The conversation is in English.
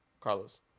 Carlos